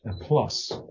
plus